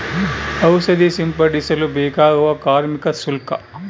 ಔಷಧಿ ಸಿಂಪಡಿಸಲು ಬೇಕಾಗುವ ಕಾರ್ಮಿಕ ಶುಲ್ಕ?